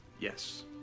Yes